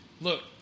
Look